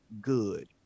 good